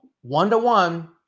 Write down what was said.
one-to-one